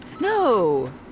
No